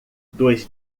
dois